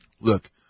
Look